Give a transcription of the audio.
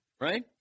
Right